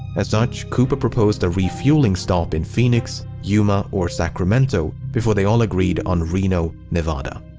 as such, cooper proposed a refueling stop in phoenix, yuma, or sacramento before they all agreed on reno, nevada.